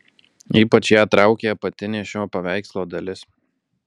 ypač ją traukė apatinė šio paveikslo dalis